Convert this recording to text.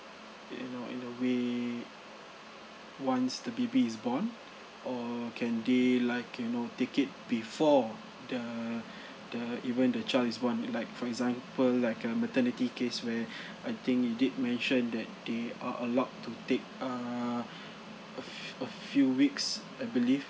you know in a way once the baby is born or can they like you know take it before the the even the child is born like for example like uh maternity case where I think you did mention that they are allowed to take err a few a few weeks I believe